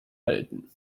halten